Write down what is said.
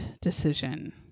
decision